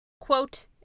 Quote